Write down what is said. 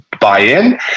buy-in